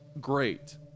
great